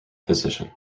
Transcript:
physician